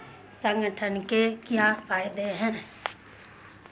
संगठन के क्या फायदें हैं?